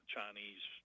Chinese –